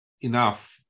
enough